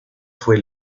fue